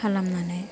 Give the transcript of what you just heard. खालामनानै